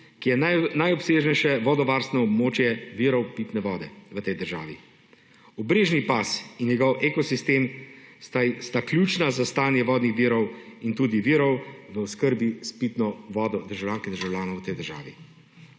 ki je najobsežnejše vodovarstveno območje virov pitne vode v tej državi. Obrežni pas in njegov ekosistem sta ključna za stanje vodnih virov in tudi virov v oskrbi s pitno vodo državljank in državljanov v tej državi.